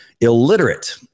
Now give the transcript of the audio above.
illiterate